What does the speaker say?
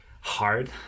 hard